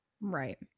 right